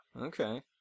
okay